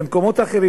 במקומות אחרים,